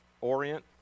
Orient